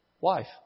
wife